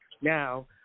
Now